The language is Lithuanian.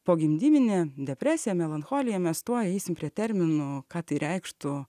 pogimdyminė depresija melancholija mes tuoj eisim prie terminų ką tai reikštų